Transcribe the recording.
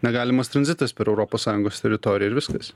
negalimas tranzitas per europos sąjungos teritoriją ir viskas